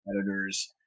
editors